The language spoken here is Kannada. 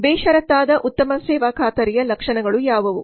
ಬೇಷರತ್ತಾದ ಉತ್ತಮ ಸೇವಾ ಖಾತರಿಯ ಲಕ್ಷಣಗಳು ಯಾವುವು